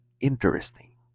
interesting